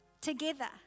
together